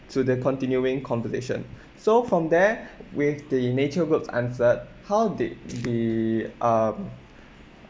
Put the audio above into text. to the continuing conversation so from there with the nature groups answered how did the um